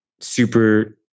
super